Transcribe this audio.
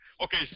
Okay